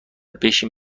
بشین